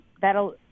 that'll